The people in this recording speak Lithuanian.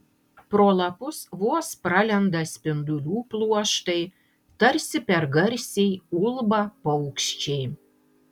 pro lapus vos pralenda spindulių pluoštai tarsi per garsiai ulba paukščiai